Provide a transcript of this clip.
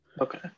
Okay